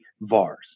VARs